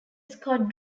scott